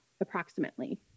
approximately